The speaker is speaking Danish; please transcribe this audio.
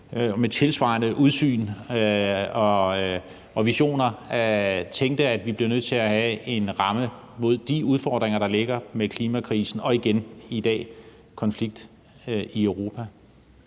og med tilsvarende udsyn og visioner tænkte, at vi bliver nødt til at have en ramme for at løse de udfordringer, der ligger, med klimakrisen og igen i dag konflikt i Europa?